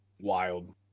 Wild